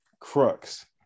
crux